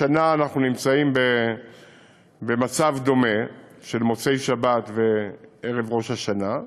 השנה אנחנו במצב דומה של מוצאי-שבת וערב ראש השנה,